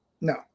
No